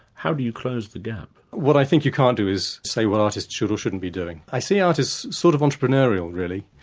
how do you close the gap? what i think you can't do is say what artists should or shouldn't be doing. i see artists as sort of entrepreneurial really.